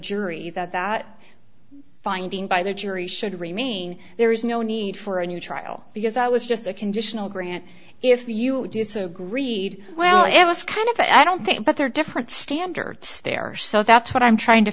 jury that that finding by the jury should remain there is no need for a new trial because i was just a conditional grant if you disagreed well it was kind of i don't think but there are different standards there so that's what i'm trying to